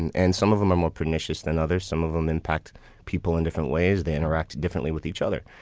and and some of them are more pernicious than others. some of them impact people in different ways. they interact differently with each other.